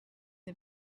the